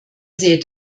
sät